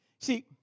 See